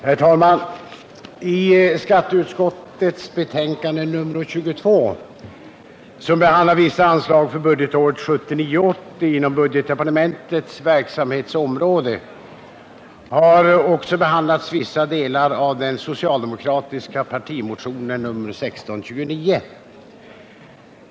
Herr talman! I skatteutskottets betänkande nr 22, som behandlar vissa anslag för budgetåret 1979/80 inom budgetdepartementets verksamhetsområde, har också tagits upp vissa delar av den socialdemokratiska partimotionen nr 1629.